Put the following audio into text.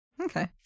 Okay